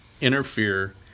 interfere